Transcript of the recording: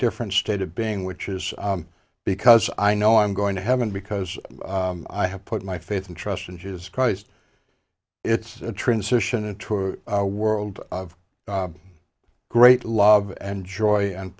different state of being which is because i know i'm going to heaven because i have put my faith and trust in jesus christ it's a transition into a world of great love and joy and